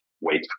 wait